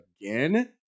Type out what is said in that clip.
again